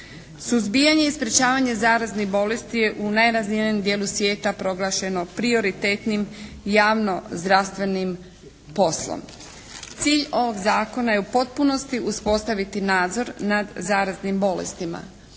Suzbijanje i sprječavanje zaraznih bolesti je u najrazvijenijem dijelu svijeta proglašeno prioritetnim, javno zdravstvenim poslom. Cilj ovog zakona je u potpunosti uspostaviti nadzor nad zaraznim bolestima.